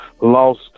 lost